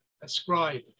ascribe